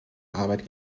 arbeit